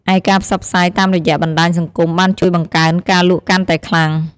ឯការផ្សព្វផ្សាយតាមរយៈបណ្ដាញសង្គមបានជួយបង្កើនការលក់កាន់តែខ្លាំង។